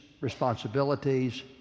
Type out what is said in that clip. responsibilities